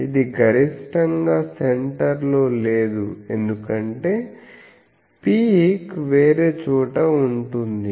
ఇది గరిష్టంగా సెంటర్ లో లేదు ఎందుకంటే పీక్ వేరే చోట ఉంటుంది